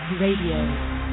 RADIO